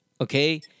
okay